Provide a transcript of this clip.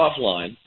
offline